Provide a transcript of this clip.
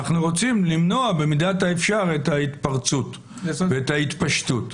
אנחנו רוצים למנוע במידת האפשר את ההתפרצות ואת ההתפשטות.